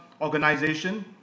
organization